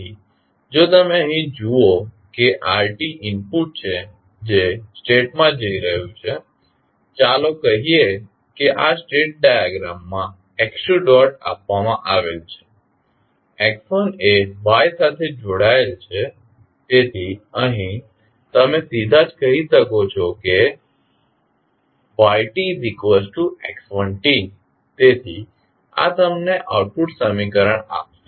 તેથી જો તમે અહીં જુઓ કે r ઇનપુટ છે જે સ્ટેટમાં જઈ રહ્યું છે ચાલો કહીએ કે આ સ્ટેટ ડાયાગ્રામમાં x2 આપવામાં આવેલ છે x1 એ y સાથે જોડાયેલ છે તેથી અહીંથી તમે સીધા જ કહી શકો છો કે yx1 તેથી આ તમને આઉટપુટ સમીકરણ આપશે